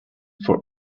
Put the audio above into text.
for